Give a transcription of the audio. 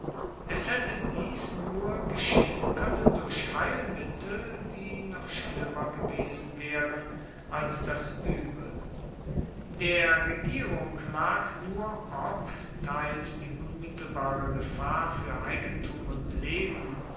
es hätte dies nur geschehen können durch heilmittel die noch schlimmer gewesen wären als das übel der regierung lag nur ob teils die unmittelbare gefahr für eigentum und leben